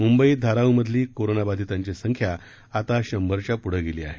मुंबईत धारावीमधली कोरोनाबाधितांची संख्या आता शंभरच्या प्रढं गेली आहे